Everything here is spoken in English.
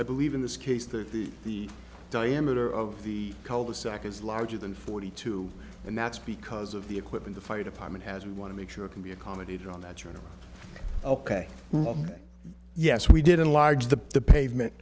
i believe in this case thirty the diameter of the cul de sac is larger than forty two and that's because of the equipment the fire department has we want to make sure can be accommodated on that you're ok yes we did enlarge the pavement